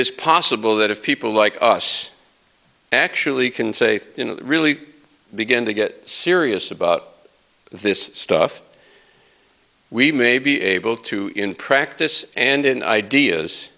is possible that if people like us actually can say you know really begin to get serious about this stuff we may be able to in practice and in ideas